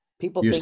people